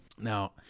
Now